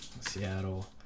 Seattle